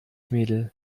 mädel